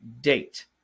date